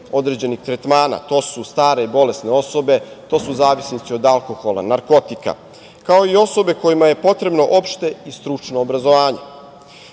određenih tretmana. To su stare, bolesne osobe, to su zavisnici od alkohola, narkotika, kao i osobe kojima je potrebno opšte i stručno obrazovanje.